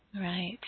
right